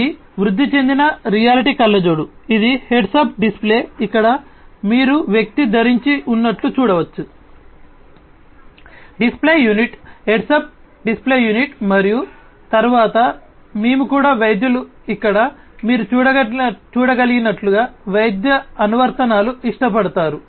ఇది వృద్ధి చెందిన రియాలిటీ కళ్ళజోడు ఇది హెడ్స్ అప్ డిస్ప్లే ఇక్కడ మీరు వ్యక్తి ధరించి ఉన్నట్లు చూడవచ్చు display unit heads up display unit మరియు తరువాత మేము కూడా వైద్యులు ఇక్కడ మీరు చూడగలిగినట్లుగా వైద్య అనువర్తనాలను ఇష్టపడతారు